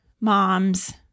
moms